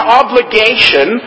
obligation